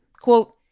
quote